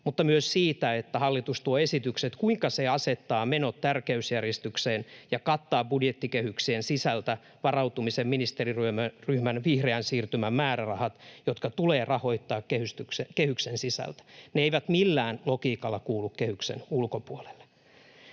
mutta myös siitä, että hallitus tuo esitykset, kuinka se asettaa menot tärkeysjärjestykseen ja kattaa budjettikehyksien sisältä varautumisen ministerityöryhmän vihreän siirtymän määrärahat, jotka tulee rahoittaa kehyksen sisältä — ne eivät millään logiikalla kuulu kehyksen ulkopuolelle.